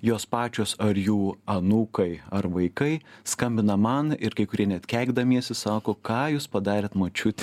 jos pačios ar jų anūkai ar vaikai skambina man ir kai kurie net keikdamiesi sako ką jūs padarėt močiutei